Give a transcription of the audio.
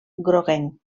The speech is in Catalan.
groguenc